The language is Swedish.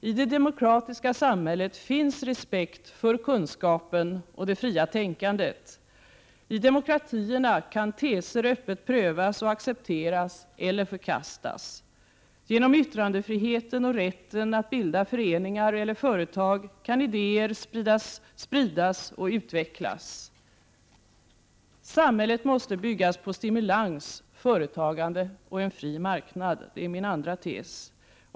I det demokratiska samhället finns respekt för kunskapen och det fria tänkandet. I demokratierna kan teser öppet prövas och accepteras eller förkastas. Genom yttrandefriheten och rätten att bilda föreningar eller företag kan idéer spridas och utvecklas. För det andra måste samhället byggas på stimulans, företagande och en fri marknad.